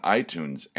iTunes